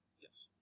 Yes